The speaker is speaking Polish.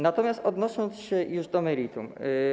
Natomiast odnoszę się już do meritum.